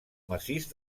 massís